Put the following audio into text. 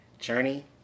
Journey